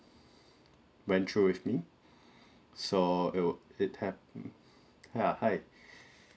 went through with me so it'll it happen ya hi